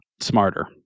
Smarter